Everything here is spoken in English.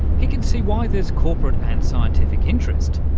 he can see why there's corporate and scientific interest,